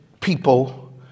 people